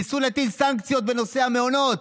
ניסו להטיל סנקציות בנושא המעונות: